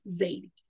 Zadie